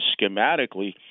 schematically